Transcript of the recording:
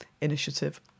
initiative